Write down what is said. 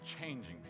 changing